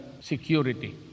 security